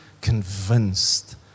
convinced